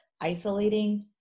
isolating